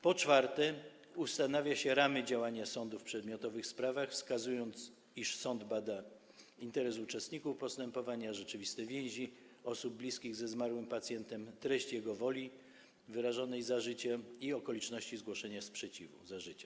Po czwarte, ustanawia się ramy działania sądu w przedmiotowych sprawach, wskazując, iż sąd bada interes uczestników postępowania, rzeczywiste więzi osób bliskich ze zmarłym pacjentem, treść jego woli wyrażonej za życia i okoliczności zgłoszenia sprzeciwu za życia.